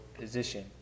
position